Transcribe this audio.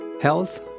health